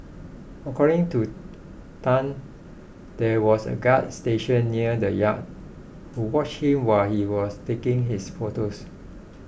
according to Tan there was a guard stationed near the yacht who watched him while he was taking his photos